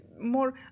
more